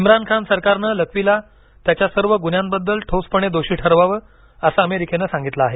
इम्रान खान सरकारनं लखवीला त्याच्या सर्व गुन्ह्यांबद्दल ठोसपणे दोषी ठरवावं असं अमेरिकेनं सांगितलं आहे